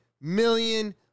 million